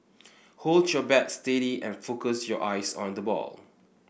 hold your bat steady and focus your eyes on the ball